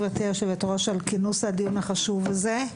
גברתי היושבת-ראש על כינוס הדיון החשוב הזה.